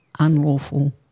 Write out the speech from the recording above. unlawful